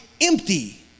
empty